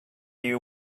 you